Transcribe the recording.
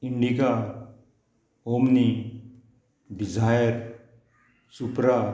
Indica omni desire Supra